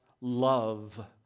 love